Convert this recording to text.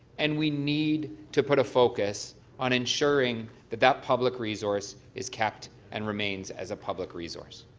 and we need to put a focus on ensurng that that public resource is kept and remains as a public resource.